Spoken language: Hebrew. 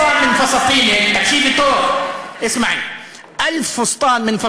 (אומר בערבית: אלף השמלות שלך,)